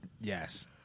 Yes